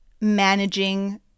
managing